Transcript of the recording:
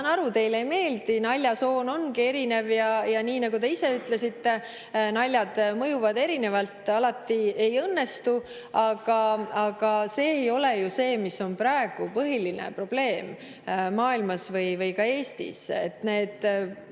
sain aru, teile ei meeldi. Naljasoon ongi erinev ja nii nagu te ise ütlesite, naljad mõjuvad erinevalt, alati nad ei õnnestu. Aga see ei ole ju see, mis on praegu põhiline probleem maailmas või ka Eestis.